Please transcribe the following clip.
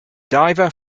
diver